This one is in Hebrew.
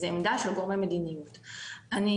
זה